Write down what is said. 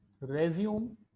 resume